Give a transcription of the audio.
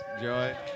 Joy